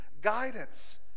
guidance